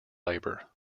labor